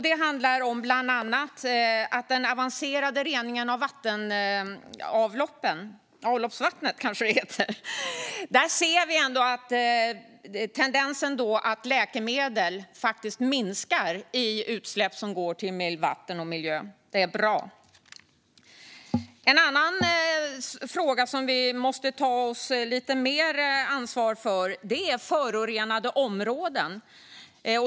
Det gäller bland annat den avancerade reningen av avloppsvattnet, där vi ser tendensen att läkemedel minskar i utsläpp som går ut i vatten och miljö. Det är bra. En annan fråga som vi måste ta lite mer ansvar för är förorenade områden.